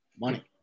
Money